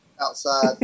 Outside